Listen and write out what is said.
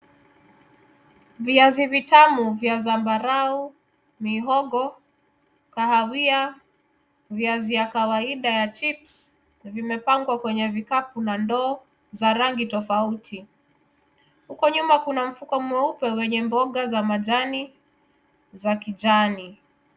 Viazi vitamu vya zambarau , mihogo kahawia, viazi ya kawaida ya chips vimepangwa kwenye vikapu na ndoo za rangi tofauti. Huko nyuma kuna mfuko mweupe wenye mboga za majani za kijani.